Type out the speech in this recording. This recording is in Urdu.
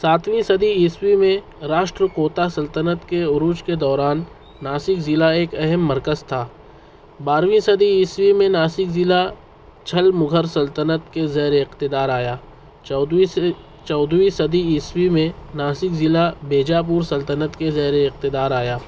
ساتویں صدی عیسوی میں راشٹںر کوتا سلطنت کے عروج کے دروان ناسک ضلع ایک اہم مرکز تھا بارہویں صدی عیسوی میں ناسک ضلع چھل مغر سلطنت کے زیر اقتدار آیا چودھویسری چودھویں صدی عیسوی میں ناسک ضلع بیجا پور سلطنت کے زیر اقتدار آیا